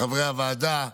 לחברי הוועדה,